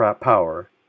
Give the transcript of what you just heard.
power